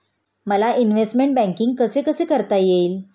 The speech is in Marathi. मला इन्वेस्टमेंट बैंकिंग कसे कसे करता येईल?